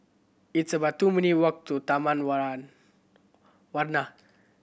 it's about two minute walk to Taman Warna